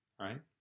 right